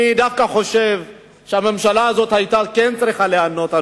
אני חושב שהממשלה הזאת כן היתה צריכה להיענות,